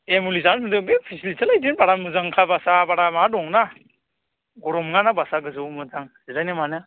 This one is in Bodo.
दे मुलि जानो थिनदो बे फेसिलिटियालाय बिदिनो बारा मोजांखा बासआ बारा माबा दं ना गरम नङाना बासआ गोजौ मोजां जिरायनो मानो